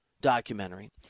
documentary